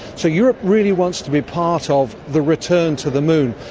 so europe really wants to be part of the return to the moon.